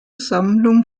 sammlung